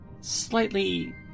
slightly